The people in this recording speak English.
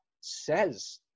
says